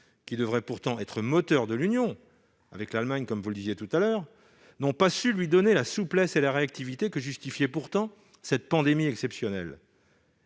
qui devrait pourtant être moteur de l'Union, avec l'Allemagne, n'ont pas su lui donner la souplesse et la réactivité que justifiait pourtant cette pandémie exceptionnelle.